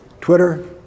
Twitter